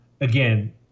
again